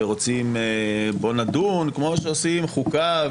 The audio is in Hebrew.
כמו שעושים חוקה,